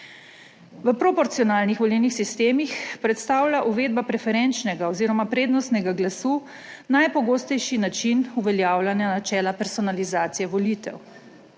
V proporcionalnih volilnih sistemih predstavlja uvedba preferenčnega oziroma prednostnega glasu najpogostejši način uveljavljanja načela personalizacije volitev.